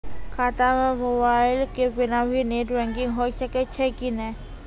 खाता म मोबाइल के बिना भी नेट बैंकिग होय सकैय छै कि नै?